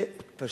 זה פשוט,